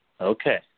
Okay